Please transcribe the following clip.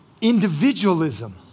Individualism